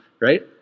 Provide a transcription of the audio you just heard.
right